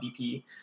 BP